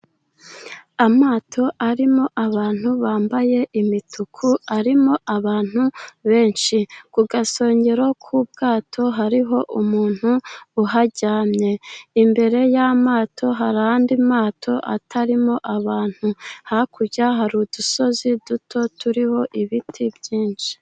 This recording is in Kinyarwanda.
Amato arimo abantu bambaye imituku, arimo abantu benshi. Ku gasongero k'ubwato hariho umuntu uharyamye. Imbere y'amato hari andi mato atarimo abantu, hakurya hari udusozi duto turiho ibiti byinshi.